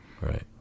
right